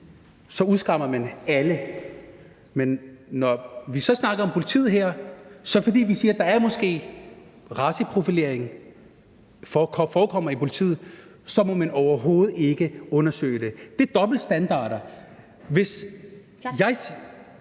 udskammer alle. Når det så handler om politiet her, og vi siger, at der måske forekommer raceprofilering i politiet, må man overhovedet ikke undersøge det. Det er dobbeltstandarder.